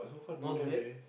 no do they